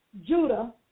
Judah